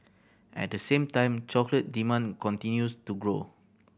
at the same time chocolate demand continues to grow